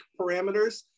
parameters